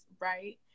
right